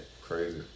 crazy